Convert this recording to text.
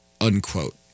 unquote